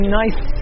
nice